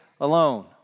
alone